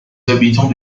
habitants